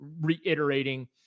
reiterating